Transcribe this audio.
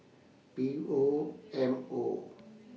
P O M O